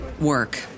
work